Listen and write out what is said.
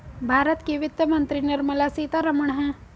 भारत की वित्त मंत्री निर्मला सीतारमण है